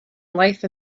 life